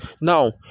Now